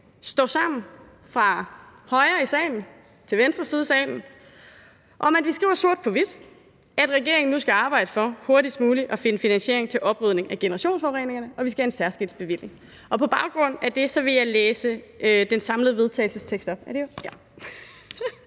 står sammen fra højre i salen til venstre side i salen om, at vi skriver sort på hvidt, at regeringen nu skal arbejde for hurtigst muligt at finde finansiering til oprydning af generationsforureningerne, og at vi skal have en særskilt bevilling. På baggrund af det vil jeg på vegne af Signe Munk